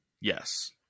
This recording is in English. Yes